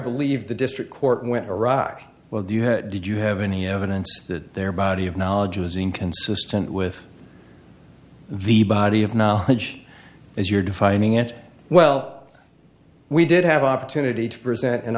believe the district court went iraq well do you have did you have any evidence that their body of knowledge was inconsistent with the body of knowledge as you're defining it well we did have opportunity to present